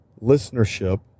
listenership